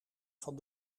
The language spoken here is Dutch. van